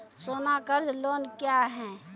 सोना कर्ज लोन क्या हैं?